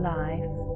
life